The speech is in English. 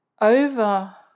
over